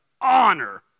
honor